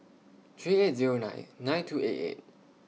three eight Zero nine nine two eight eight